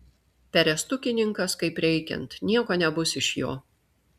perestukininkas kaip reikiant nieko nebus iš jo